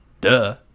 Duh